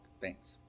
Thanks